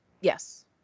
Yes